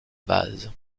vase